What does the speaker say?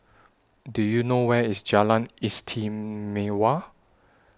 Do YOU know Where IS Jalan Istimewa